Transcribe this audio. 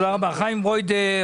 חיים ברוידא,